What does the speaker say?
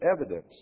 evidence